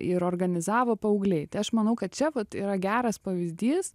ir organizavo paaugliai tai aš manau kad čia vat yra geras pavyzdys